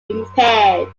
impaired